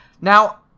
Now